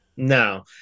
No